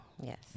yes